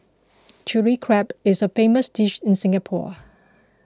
Chilli Crab is a famous dish in Singapore